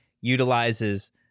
utilizes